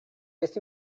beth